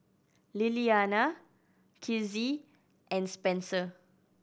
Lilliana Kizzie and Spencer